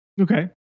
Okay